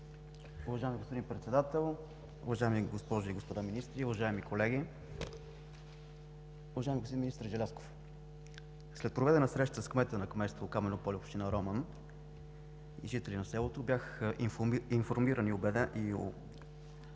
уважаеми госпожи и господа министри, уважаеми колеги! Уважаеми господин министър Желязков, след проведена среща с кмета на кметство Камено поле, община Роман, и с жители на селото бях информиран и уведомен